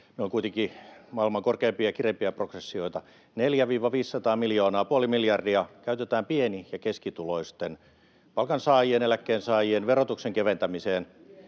Meillä on kuitenkin maailman korkeimpia, kireimpiä progressioita. 400—500 miljoonaa, puoli miljardia, käytetään pieni- ja keskituloisten palkansaajien ja eläkkeensaajien verotuksen keventämiseen,